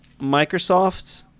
Microsoft